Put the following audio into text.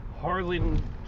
Harlan